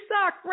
suck